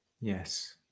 yes